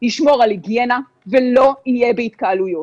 ישמור על היגיינה, ולא יהיה בהתקהלויות.